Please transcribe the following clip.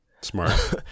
Smart